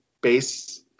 base